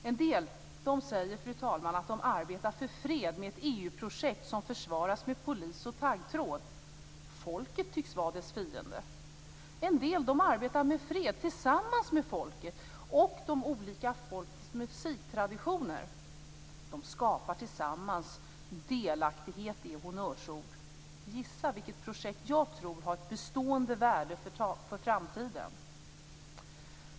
En del säger, fru talman, att de arbetar för fred med ett EU-projekt som försvaras med polis och taggtråd. Folket tycks vara dess fiende. En del arbetar med fred tillsammans med folket och de olika folkens musiktraditioner. De skapar tillsammans delaktighet i honnörsord. Gissa vilket projekt jag tror har bestående värde för framtiden!